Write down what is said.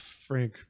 Frank